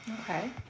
Okay